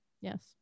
Yes